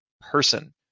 person